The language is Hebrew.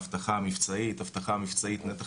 פעילויות מבצעיות הוצאות לפעילות מודיעין,